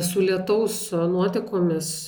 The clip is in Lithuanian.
su lietaus nuotekomis